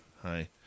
Hi